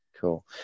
Cool